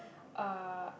uh